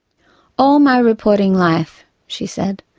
all my reporting life she said,